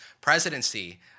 presidency